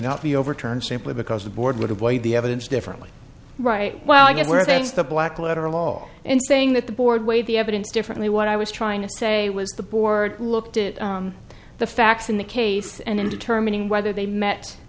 not be overturned simply because the board would avoid the evidence differently right well i guess where there is the black letter law and saying that the board weigh the evidence differently what i was trying to say was the board looked at the facts in the case and in determining whether they met